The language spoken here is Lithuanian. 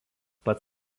pat